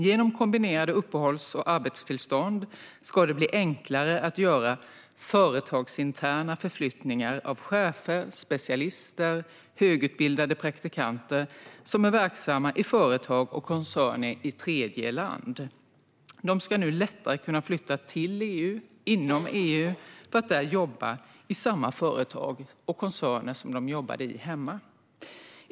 Genom kombinerade uppehålls och arbetstillstånd ska det bli enklare att göra företagsinterna förflyttningar av chefer, specialister och högskoleutbildade praktikanter som är verksamma i företag och koncerner i tredjeland. De ska nu lättare kunna flytta till EU och inom EU för att där jobba i samma företag och koncerner som de jobbade i hemma.